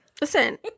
Listen